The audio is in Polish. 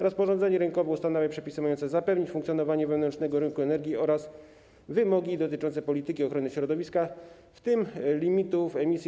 Rozporządzenie rynkowe ustanawia przepisy mające zapewnić funkcjonowanie wewnętrznego rynku energii oraz wymogi dotyczące polityki ochrony środowiska, w tym limitów emisji